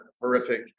horrific